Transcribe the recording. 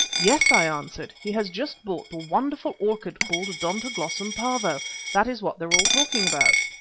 yes, i answered, he has just bought the wonderful orchid called odontoglossum pavo that is what they are all talking about.